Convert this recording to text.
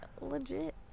Legit